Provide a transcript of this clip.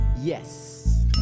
Yes